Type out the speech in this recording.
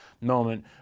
moment